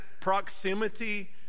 proximity